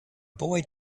boy